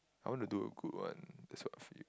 I want to do a good one that's what I feel